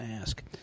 ask